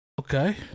Okay